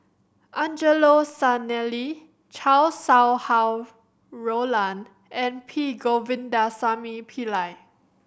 Angelo Sanelli Chow Sau Hai Roland and P Govindasamy Pillai